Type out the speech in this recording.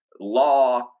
law